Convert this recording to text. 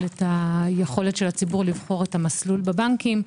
את יכולת הציבור לבחור את המסלול בבנקים.